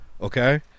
Okay